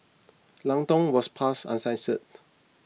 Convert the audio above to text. Lang Tong was passed uncensored